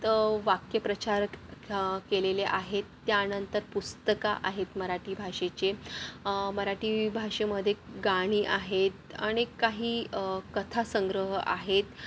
तर वाक्यप्रचार केलेले आहेत त्यानंतर पुस्तकं आहेत मराठी भाषेचे मराठी भाषेमध्ये गाणी आहेत अनेक काही कथासंग्रह आहेत